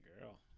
girl